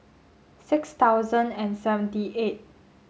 six thousand and seventy eight